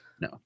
no